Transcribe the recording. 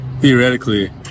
theoretically